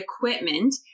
equipment